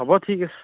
হ'ব ঠিক আছে